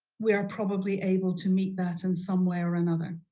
we are probably able to meet that in some way or another.